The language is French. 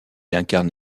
incarne